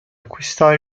acquistò